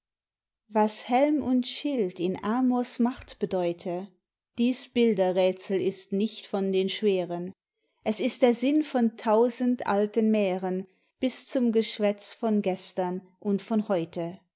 was helm und schild in amors macht bedeute dies bilderräthsel ist nicht von den schweren es ist der sinn von tausend alten mähren bis zum geschwätz von gestern und von heute